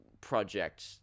project